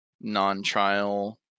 non-trial